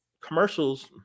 commercials